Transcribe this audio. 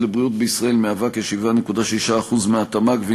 על בריאות בישראל מהווה כ-7.6% מהתמ"ג,